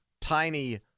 tiny